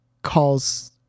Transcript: calls